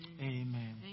Amen